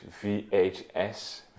VHS